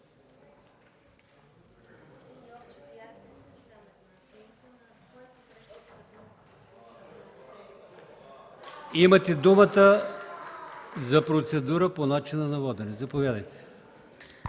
Имате думата за процедура по начина на водене – заповядайте.